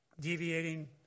deviating